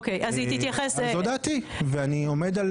זאת דעתי ואני עומד.